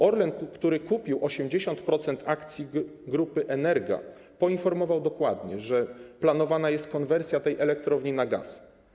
Orlen, który kupił 80% akcji Grupy Energa, poinformował dokładnie, że planowana jest konwersja tej elektrowni na gaz.